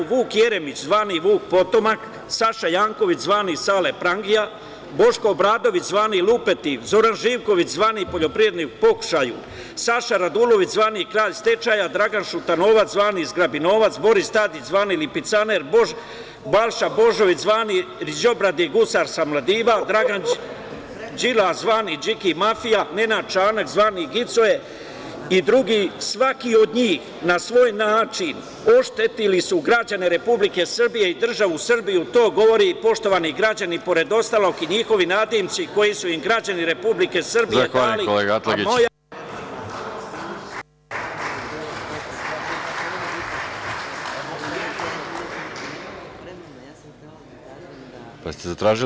Na kraju, Vuk Jeremić, zvani Vuk potomak, Saša Janković, zvani Sale prangija, Boško Obradović, zvani lupeti, Zoran Živković, zvani poljoprivrednik u pokušaju, Saša Radulović, zvani kralj stečaja, Dragan Šutanovac, zvani zgrabi novac, Boris Tadić, zvani lipicaner, Balša Božović, zvani riđobradi gusar sa Maldiva, Đilas, zvani Điki mafija, Nenad Čanak, zvani gicoje i drugi, svaki od njih na svoj način oštetili su građane Republike Srbije, državu Srbiju i to govori, poštovani građani, pored ostalog i njihovi nadimci koje su im građani Republike Srbije dali